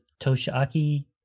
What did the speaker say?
Toshiaki